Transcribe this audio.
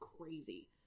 crazy